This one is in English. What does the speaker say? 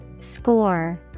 score